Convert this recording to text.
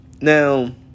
Now